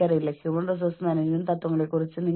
നിങ്ങൾക്ക് സന്തോഷം തോന്നുന്ന എന്തെങ്കിലും കണ്ടെത്തുന്നത്